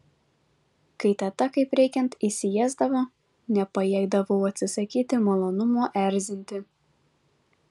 kai teta kaip reikiant įsiėsdavo nepajėgdavau atsisakyti malonumo erzinti